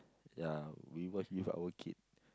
ya we watch with our kid